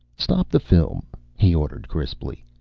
stop the film, he ordered crisply.